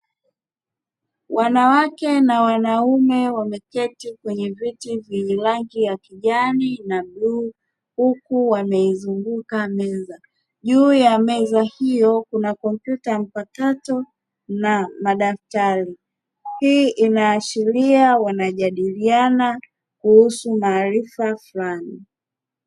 Wanawake na wanaume wameketi kwenye viti vyenye rangi ya kijani na bluu huku wameizunguka meza. Juu ya meza hio kuna kompyuta mpakato na madaftari, hii inaashiria wanajadiliana kuhusu maarifa fulani.